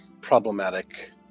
problematic